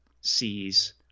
sees